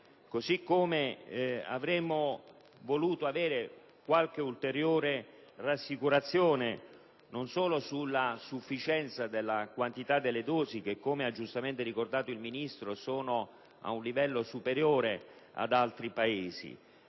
Così come avremmo voluto avere qualche ulteriore rassicurazione non solo sulla sufficienza della quantità delle dosi, che come giustamente ha ricordato il Ministro è ad un livello superiore ad altri Paesi,